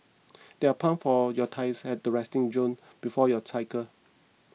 there are pump for your tyres at the resting zone before you cycle